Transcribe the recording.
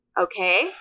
Okay